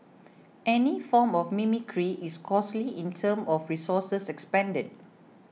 any form of mimicry is costly in terms of resources expended